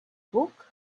book